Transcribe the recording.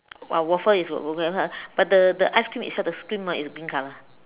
!wow! waffle is but the the ice cream itself the cream ah is green color